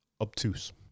obtuse